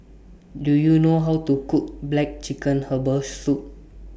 Do YOU know How to Cook Black Chicken Herbal Soup